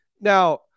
Now